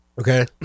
okay